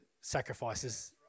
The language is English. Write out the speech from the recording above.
sacrifices